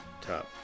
Top